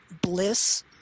bliss